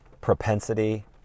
propensity